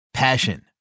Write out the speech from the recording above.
Passion